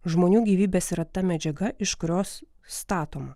žmonių gyvybės yra ta medžiaga iš kurios statoma